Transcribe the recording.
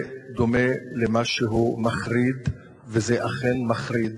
זה דומה למשהו מחריד וזה אכן מחריד.